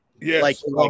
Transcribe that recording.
Yes